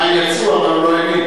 המים יצאו, אבל הוא לא האמין.